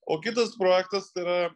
o kitas projektas tai yra